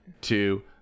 two